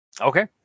Okay